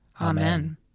Amen